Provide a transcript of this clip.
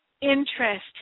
interest